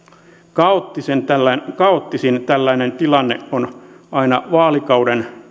kaoottisin tällainen kaoottisin tällainen tilanne on aina vaalikauden